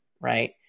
right